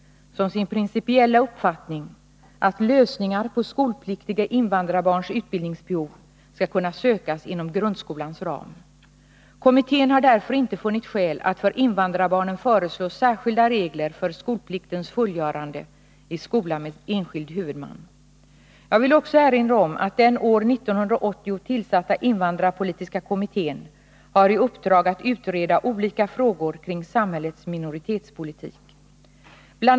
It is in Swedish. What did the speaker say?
som sin principiella uppfattning att lösningar på skolpliktiga invandrarbarns utbildningsbehov skall kunna sökas inom grundskolans ram. Kommittén har därför inte funnit skäl att för invandrarbarnen föreslå särskilda regler för skolpliktens fullgörande i skola med enskild huvudman. Jag vill också erinra om att den år 1980 tillsatta invandrarpolitiska kommittén har i uppdrag att utreda olika frågor kring samhällets minoritetspolitik. Bl.